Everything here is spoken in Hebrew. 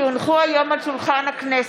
כי הונחו היום על שולחן הכנסת,